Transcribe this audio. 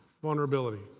Vulnerability